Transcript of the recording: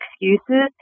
excuses